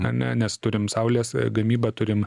name nes turim saulės gamybą turim